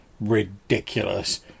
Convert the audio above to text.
ridiculous